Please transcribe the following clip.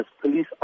police